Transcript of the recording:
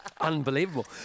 Unbelievable